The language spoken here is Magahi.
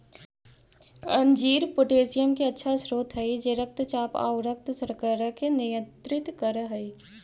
अंजीर पोटेशियम के अच्छा स्रोत हई जे रक्तचाप आउ रक्त शर्करा के नियंत्रित कर हई